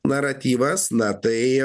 naratyvas na tai